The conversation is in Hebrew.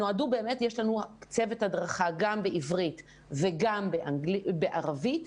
יש לנו צוות הדרכה גם בעברית וגם בערבית,